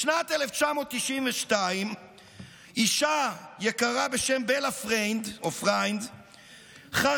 בשנת 1992 אישה יקרה בשם בלה פריינד, חרדית,